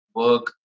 work